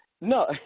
no